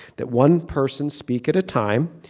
that one person speaks at a time,